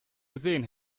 gesehen